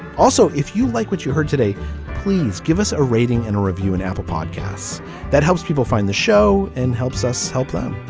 also if you like what you heard today please give us a rating and a review and apple podcasts that helps people find the show and helps us help them.